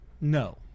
No